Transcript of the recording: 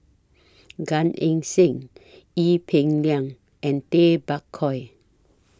Gan Eng Seng Ee Peng Liang and Tay Bak Koi